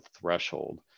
threshold